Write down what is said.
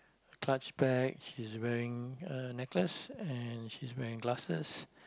clutch bag she's wearing a necklace and she's wearing glasses